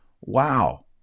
Wow